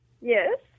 yes